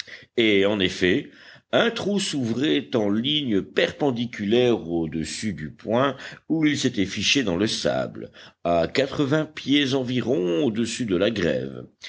et en effet un trou s'ouvrait en ligne perpendiculaire au-dessus du point où il s'était fiché dans le sable à quatre-vingts pieds environ au-dessus de la grève